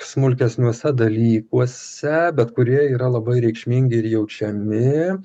smulkesniuose dalykuose bet kurie yra labai reikšmingi ir jaučiami